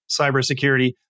cybersecurity